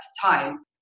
time